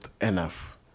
enough